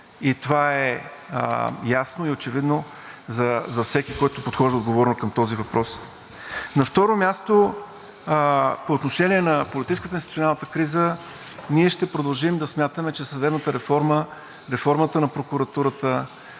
и това е ясно и очевидно за всеки, който подхожда отговорно към този въпрос. На второ място, по отношение на политическата и институционалната криза, ние ще продължим да смятаме, че съдебната реформа, реформата на прокуратурата,